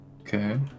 Okay